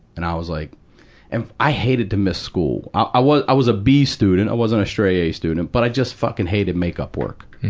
and i was like and i hated to miss school. i i was, i was a b student, i wasn't a straight a student, but i just fucking hated makeup work.